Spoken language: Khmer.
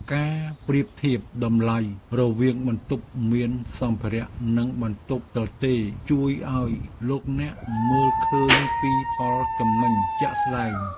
ការប្រៀបធៀបតម្លៃរវាងបន្ទប់មានសម្ភារៈនិងបន្ទប់ទទេរជួយឱ្យលោកអ្នកមើលឃើញពីផលចំណេញជាក់ស្ដែង។